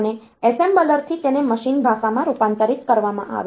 અને એસેમ્બલરથી તેને મશીન ભાષામાં રૂપાંતરિત કરવામાં આવશે